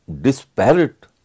disparate